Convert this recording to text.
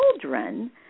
children